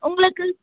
உங்களுக்கு